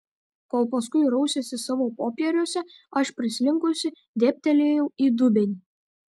kol paskui rausėsi savo popieriuose aš prislinkusi dėbtelėjau į dubenį